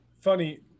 funny